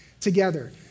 together